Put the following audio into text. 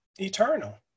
Eternal